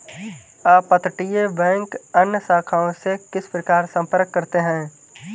अपतटीय बैंक अन्य शाखाओं से किस प्रकार संपर्क करते हैं?